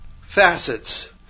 facets